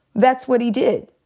that's what he did.